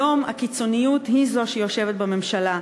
היום הקיצוניות היא זו שיושבת בממשלה,